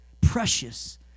precious